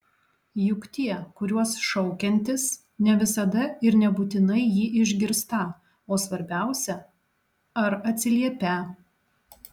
juk tie kuriuos šaukiantis ne visada ir nebūtinai jį išgirstą o svarbiausia ar atsiliepią